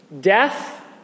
death